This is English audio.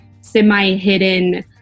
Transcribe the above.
semi-hidden